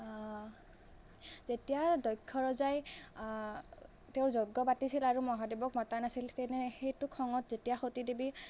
যেতিয়া দক্ষ ৰজাই তেওঁৰ যজ্ঞ পাতিছিল আৰু মহাদেৱক মতা নাছিল তেনে সেইটো খঙত যেতিয়া সতী দেৱী